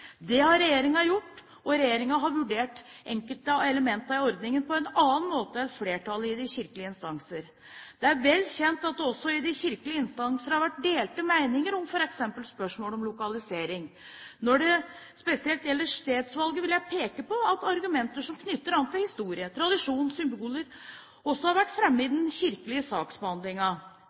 Det har regjeringen gjort, og regjeringen har vurdert enkelte av elementene i ordningen på en annen måte enn flertallet i de kirkelige instanser. Det er vel kjent at det også i de kirkelige instansene har vært delte meninger om f.eks. spørsmålet om lokalisering. Når det spesielt gjelder stedsvalget, vil jeg peke på at argumentene som knytter an til historie, tradisjon og symboler, også har vært framme i den kirkelige